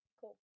Cool